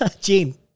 Gene